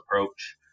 approach